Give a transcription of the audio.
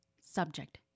Subject